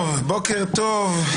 בוקר טוב,